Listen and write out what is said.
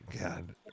God